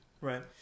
Right